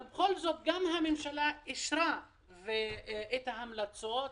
למרות שהממשלה אישרה את ההמלצות,